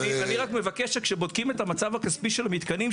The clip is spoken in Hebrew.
אני רק מבקש שכשבודקים את המצב הכספי של המתקנים,